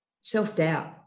self-doubt